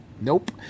Nope